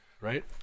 right